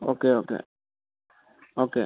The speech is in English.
okay okay okay